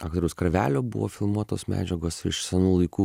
aktoriaus karvelio buvo filmuotos medžiagos iš senų laikų